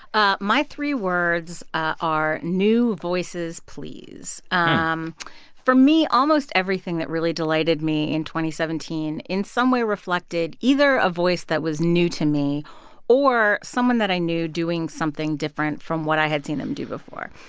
ah my three words are new voices, please. um for me, almost everything that really delighted me in two seventeen in some way reflected either a voice that was new to me or someone that i knew doing something different from what i had seen them do before.